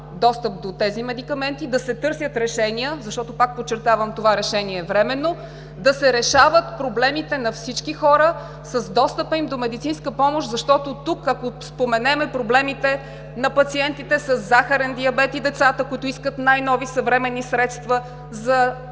достъп до тези медикаменти, да се търсят решения. Защото, пак подчертавам, че това решение е временно – да се решават проблемите на всички хора с достъпа им до медицинска помощ. Защото тук, ако споменем проблемите на пациентите със захарен диабет и децата, които искат най-нови съвременни средства за по-добър